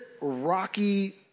rocky